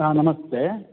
ह नमस्ते